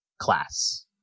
class